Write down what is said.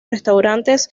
restaurantes